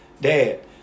dad